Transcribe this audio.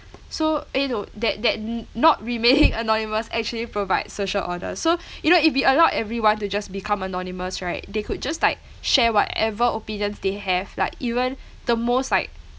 so eh no that that n~ not remaining anonymous actually provides social order so you know if we allowed everyone to just become anonymous right they could just like share whatever opinions they have like even the most like